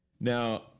Now